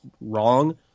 wrong